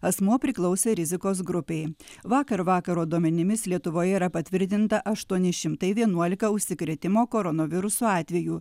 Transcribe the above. asmuo priklausė rizikos grupei vakar vakaro duomenimis lietuvoje yra patvirtinta aštuoni šimtai vienuolika užsikrėtimo koronavirusu atvejų